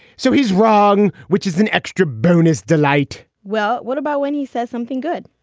so he's wrong. which is an extra bonus delight. well, what about when he says something good?